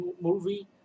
movie